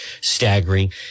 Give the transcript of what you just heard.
staggering